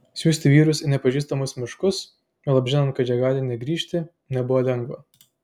siųsti vyrus į nepažįstamus miškus juolab žinant kad jie gali negrįžti nebuvo lengva